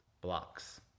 blocks